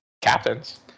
captains